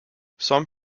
some